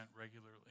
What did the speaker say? regularly